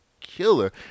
killer